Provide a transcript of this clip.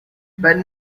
but